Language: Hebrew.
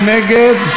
מי נגד?